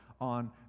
on